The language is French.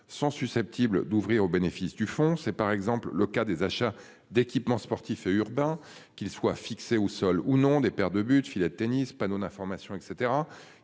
sont susceptibles d'ouvrir au bénéfice du fonds, c'est par exemple le cas des achats d'équipements sportifs et urbain. Qu'ils soient fixés au sol ou non des paires de buts filets de tennis panneaux d'information et